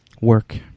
work